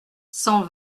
cent